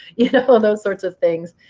you know those sorts of things.